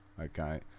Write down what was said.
Okay